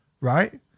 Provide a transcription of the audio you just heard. right